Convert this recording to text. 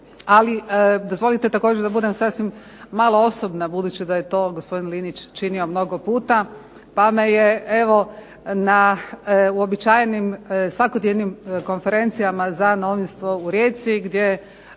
ali dozvolite da budem sasvim malo osobna budući da je to gospodin Linić činio mnogo puta, pa me je evo na uobičajenim svakotjednim konferencijama za novinstvo u Rijeci gdje